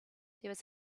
was